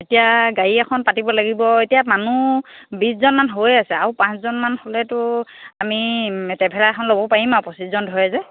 এতিয়া গাড়ী এখন পাতিব লাগিব এতিয়া মানুহ বিছজনমান হৈ আছে আৰু পাঁচজনমান হ'লেতো আমি ট্ৰেভেলাৰ এখন ল'ব পাৰিম আৰু পঁচিছজন ধৰে যে